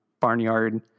barnyard